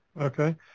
okay